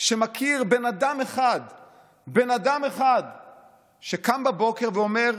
שמכיר בן אדם אחד שקם בבוקר ואומר: